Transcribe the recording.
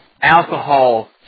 alcohol